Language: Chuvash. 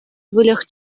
выльӑх